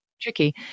tricky